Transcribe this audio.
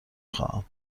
خواهم